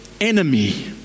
enemy